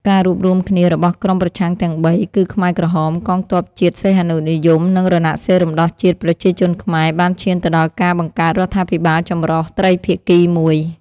ការរួបរួមគ្នារបស់ក្រុមប្រឆាំងទាំងបី គឺខ្មែរក្រហម កងទ័ពជាតិសីហនុនិយម និង រណសិរ្សរំដោះជាតិប្រជាជនខ្មែរ បានឈានទៅដល់ការបង្កើតរដ្ឋាភិបាលចម្រុះត្រីភាគីមួយ។